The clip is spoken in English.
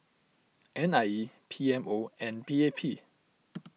N I E P M O and P A P